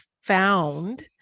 found